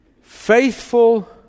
faithful